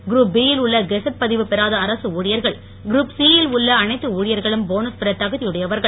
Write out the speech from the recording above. குருப் B யில் உள்ள gazette பதிவு பெறாத அரசு ஊழியர்கள் குருப் சி யில் உள்ள அனைத்து ஊழியர்களும் போனஸ் பெற தகுதியுடையவர்கள்